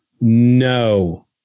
no